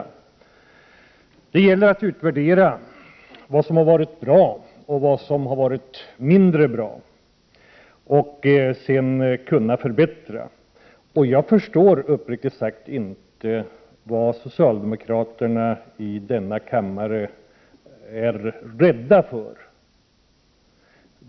Det gäller att utvärdera vad som har varit bra och vad som har varit mindre bra och sedan kunna förbättra. Jag förstår uppriktigt sagt inte vad socialdemokraterna i denna kammare är rädda för.